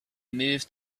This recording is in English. moved